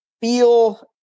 feel